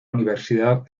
universidad